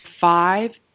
five